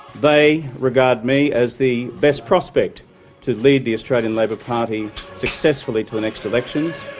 they regard me as the best prospect to lead the australian labor party successfully to the next elections,